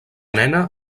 nena